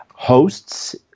Hosts